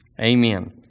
Amen